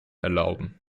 erlauben